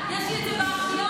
יש לי את זה בארכיונים.